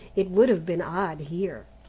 it would have been odd here.